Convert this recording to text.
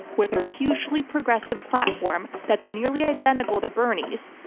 with her hugely progressive platform that's nearly identical to bernie's,